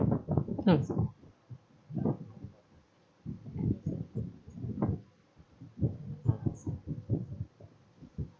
hmm